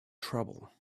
trouble